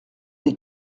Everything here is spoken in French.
des